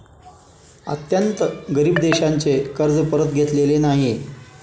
अत्यंत गरीब देशांचे कर्ज परत घेतलेले नाही